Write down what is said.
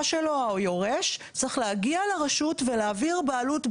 שלו או היורש צריך להגיע לרשות ולהעביר בעלות בעסק.